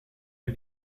les